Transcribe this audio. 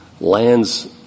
lands